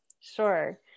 Sure